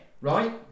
right